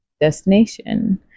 destination